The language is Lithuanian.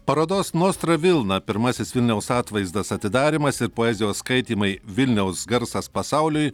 parodos nostra vilna pirmasis vilniaus atvaizdas atidarymas ir poezijos skaitymai vilniaus garsas pasauliui